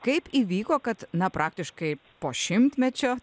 kaip įvyko kad na praktiškai po šimtmečio